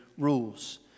rules